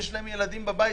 יש להם ילדים בבית,